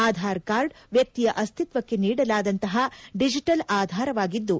Aadhaar card ವ್ಯಕ್ತಿಯ ಅಸ್ತಿಕ್ಷಕ್ಕ ನೀಡಲಾದಂತಪ ಡಿಜೆಟಲ್ ಆಧಾರವಾಗಿದ್ದು